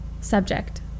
Subject